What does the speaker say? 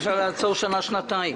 אפשר לעצור לשנה שנתיים.